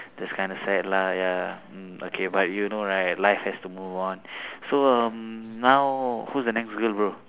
that's kind of sad lah ya mm okay but you know right life has to move on so um now who's the next girl bro